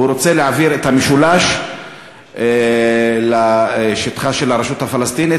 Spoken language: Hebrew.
הוא רוצה להעביר את המשולש לשטחה של הרשות הפלסטינית